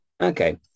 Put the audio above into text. Okay